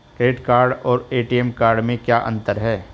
Credit card और ATM card में क्या अंतर है?